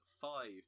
five